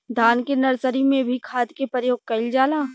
धान के नर्सरी में भी खाद के प्रयोग कइल जाला?